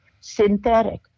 synthetic